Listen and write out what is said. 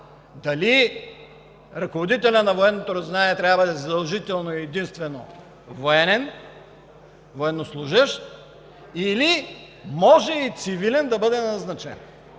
дали ръководителят на Военното разузнаване трябва да бъде задължително и единствено военен, военнослужещ или може и цивилен да бъде назначен.